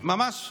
ממש ברגש,